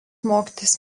mokytis